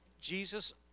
Jesus